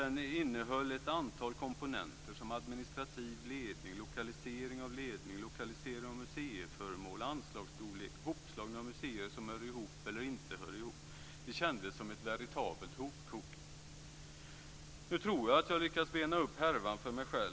Den innehöll ett antal komponenter som administrativ ledning, lokalisering av ledningen, lokalisering av museiföremål, anslagsstorlek och hopslagning av museer som hör ihop eller inte hör ihop. Det kändes som ett veritabelt hopkok. Nu tror jag att jag har lyckats bena upp härvan för mig själv.